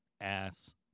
ass